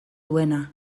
duena